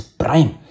prime